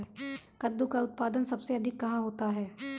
कद्दू का उत्पादन सबसे अधिक कहाँ होता है?